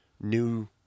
new